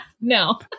No